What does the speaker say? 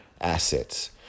assets